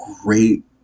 great